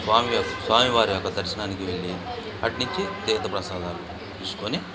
స్వామి యొక్క స్వామి వారి యొక్క దర్శనానికి వెళ్ళి అటు నుంచి తీర్థప్రసాదాలు తీసుకొని